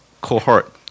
cohort